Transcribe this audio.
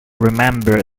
remember